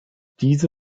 diese